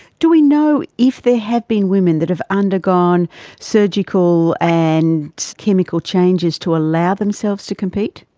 do we know if there have been women that have undergone surgical and chemical changes to allow themselves to compete?